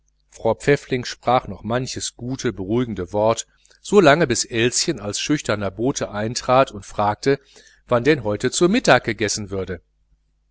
frau pfäffling sprach noch manches gute beruhigende wort so lange bis elschen als schüchterner bote eintrat und fragte wann denn heute zu mittag gegessen würde